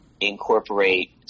incorporate